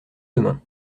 demain